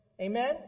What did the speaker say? Amen